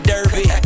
Derby